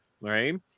Right